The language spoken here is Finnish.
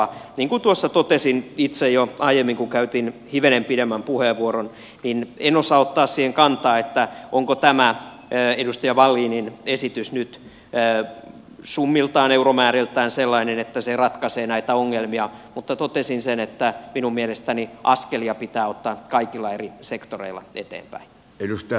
niin kuin tuossa totesin itse jo aiemmin kun käytin hivenen pidemmän puheenvuoron en osaa ottaa siihen kantaa onko tämä edustaja wallinin esitys nyt summiltaan euromääriltään sellainen että se ratkaisee näitä ongelmia mutta totesin sen että minun mielestäni askelia pitää ottaa kaikilla eri sektoreilla eteenpäin